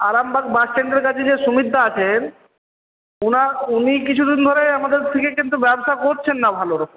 Arambagh bus স্ট্যান্ডের কাছে যে সুমিতদা আছেন ওনার উনি কিছু দিন ধরে আমাদের থেকে কিন্তু ব্যবসা করছেন না ভালো